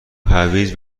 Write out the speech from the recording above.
هویج